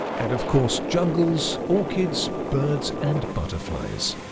and of course jungles, orchids, birds and butterflies.